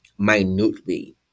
minutely